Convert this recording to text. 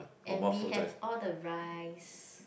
and we have all the rice